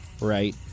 right